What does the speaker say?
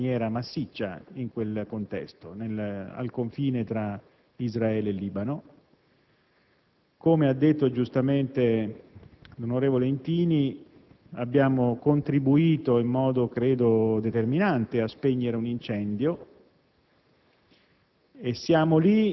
presente in maniera massiccia in quel contesto, al confine tra Israele e Libano. Come ha detto giustamente l'onorevole Intini, abbiamo contribuito in modo - credo - determinante a spegnere un incendio